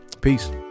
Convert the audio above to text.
Peace